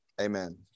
Amen